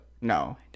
No